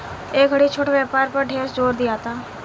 ए घड़ी छोट व्यापार पर ढेर जोर दियाता